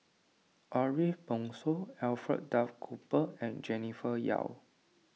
Ariff Bongso Alfred Duff Cooper and Jennifer Yeo